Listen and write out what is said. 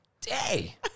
day